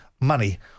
Money